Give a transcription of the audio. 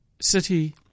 City